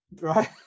Right